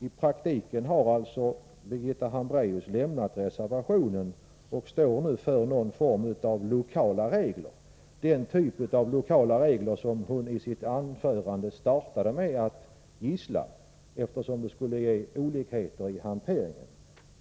I praktiken har alltså Birgitta Hambraeus lämnat reservationen och står nu för någon form av lokala regler — den typ av lokala regler som hon startade sitt anförande med att gissla eftersom de skulle ge olikheter i hanteringen.